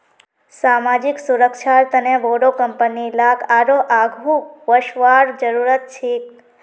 सामाजिक सुरक्षार तने बोरो कंपनी लाक आरोह आघु वसवार जरूरत छेक